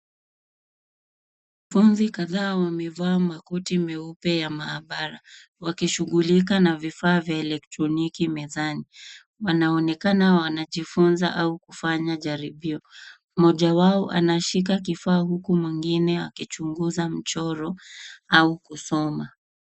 Fundi kadhaa wamevaa makoti meupe ya maabara wakishughulika na vifaa vya kielektroniki mezani. Wanaonekana wakijifunza au kufanya jaribio. Mmoja wao anashika kifaa huku mwengine akichunguza mchoro au kusoma.